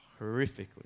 horrifically